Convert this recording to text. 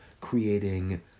creating